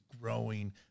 growing